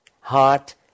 heart